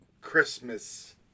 Christmas